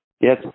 yes